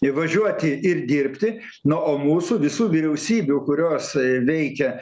įvažiuoti ir dirbti na o mūsų visų vyriausybių kurios veikia